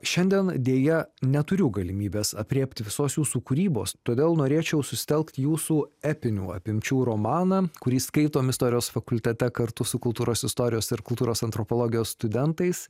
šiandien deja neturiu galimybės aprėpti visos jūsų kūrybos todėl norėčiau susitelkt jūsų epinių apimčių romaną kurį skaitom istorijos fakultete kartu su kultūros istorijos ir kultūros antropologijos studentais